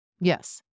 Yes